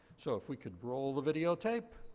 so if we could roll the videotape.